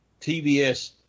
TBS